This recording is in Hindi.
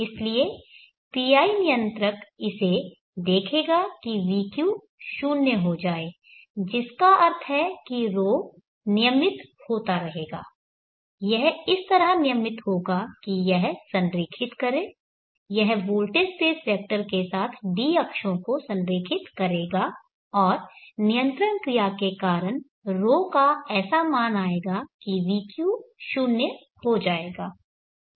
इसलिए PI नियंत्रक इसे देखेगा कि vq 0 हो जाए जिसका अर्थ है कि ρ नियमित होता रहेगा यह इस तरह नियमित होगा कि यह संरेखित करें यह वोल्टेज स्पेस वेक्टर के साथ d अक्षों को संरेखित करेगा और नियंत्रण क्रिया के कारण ρ का ऐसा मान आएगा कि यहाँ vq 0 हो जाएगा